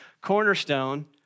cornerstone